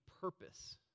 purpose